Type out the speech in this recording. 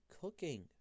cooking